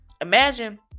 imagine